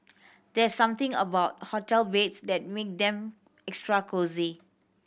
there's something about hotel beds that make them extra cosy